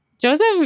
Joseph